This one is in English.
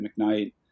McKnight